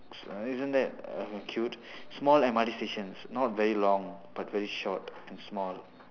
isn't that uh cute small M_R_T stations not very long but very short and small